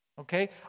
Okay